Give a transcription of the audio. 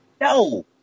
No